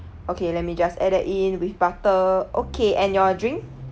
okay let me just add that in with butter okay and your drink